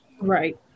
Right